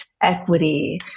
equity